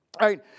right